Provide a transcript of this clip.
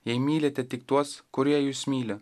jei mylite tik tuos kurie jus myli